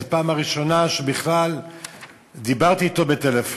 זאת הייתה הפעם הראשונה שבכלל דיברתי אתו בטלפון,